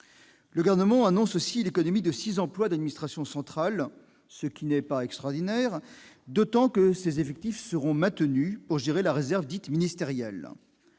Le Gouvernement annonce aussi l'économie de 6 emplois d'administration centrale, ce qui n'est pas extraordinaire, d'autant que ces effectifs seront maintenus pour gérer la réserve dite « ministérielle ».